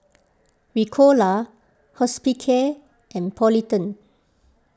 Ricola Hospicare and Polident